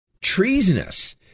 treasonous